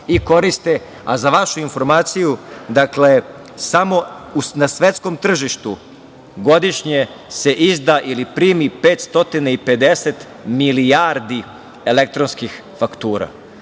i koriste. Za vašu informaciju, dakle, samo na svetskom tržištu godišnje se izda ili primi 550 milijardi elektronskih faktura. Dakle,